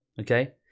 okay